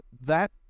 that-